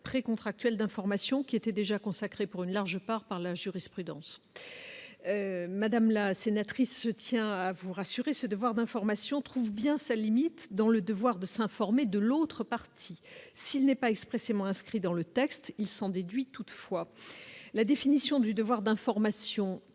pré contractuelle d'information qui étaient déjà consacré pour une large part par la jurisprudence, madame la sénatrice, je tiens à vous rassurer ce devoir d'information trouve bien sa limite dans le devoir de s'informer de l'autre partie s'il n'est pas expressément inscrit dans le texte, il s'en déduit toutefois la définition du devoir d'information